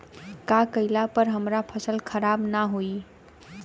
का कइला पर हमार फसल खराब ना होयी?